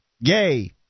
Yay